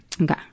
okay